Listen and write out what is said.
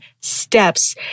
steps